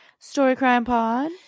storycrimepod